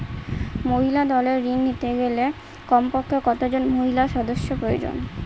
মহিলা দলের ঋণ নিতে গেলে দলে কমপক্ষে কত জন মহিলা সদস্য প্রয়োজন?